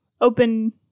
open